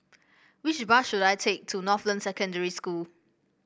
which bus should I take to Northland Secondary School